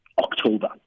October